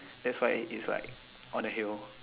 that's why it's like on a hill